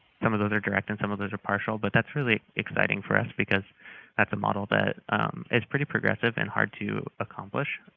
some of those are direct, and some of those are partial, but that's really exciting for us, because that's a model that is pretty progressive and hard to accomplish